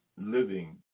living